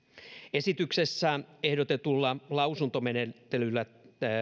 esityksessä ehdotetulla lausuntomenettelyllä